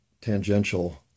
tangential